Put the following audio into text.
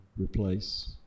Replace